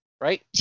right